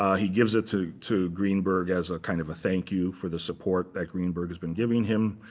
he gives it to to greenberg as a kind of a thank you for the support that greenberg has been giving him.